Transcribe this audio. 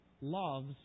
loves